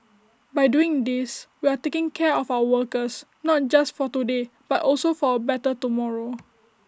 by doing these we are taking care of our workers not just for today but also for A better tomorrow